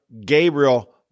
Gabriel